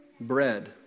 bread